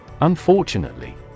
Unfortunately